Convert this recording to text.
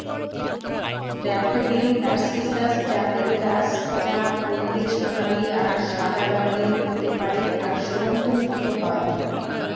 daffodil narcissus জাতের গাছ যা হলদে সোনালী আর সাদা রঙের হতে পারে আর সুগন্ধযুক্ত হয়